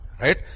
Right